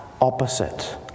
opposite